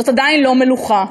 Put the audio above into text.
זאת עדיין לא מלוכה,